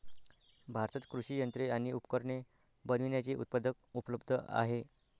भारतात कृषि यंत्रे आणि उपकरणे बनविण्याचे उत्पादक उपलब्ध आहे